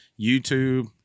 YouTube